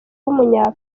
w’umunya